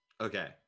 okay